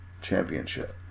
championship